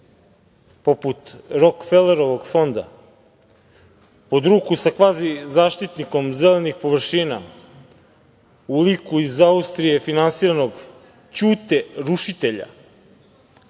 poput Rokfelerovog fonda, pod ruku sa kvazi zaštitnikom zelenih površina u liku iz Austrije finansiranog Ćute rušitelja